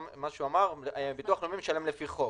זה מה שיש בסעיף בחוק